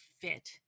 fit